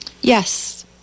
Yes